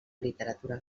literatura